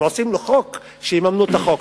אם עושים חוק, שיממנו את החוק.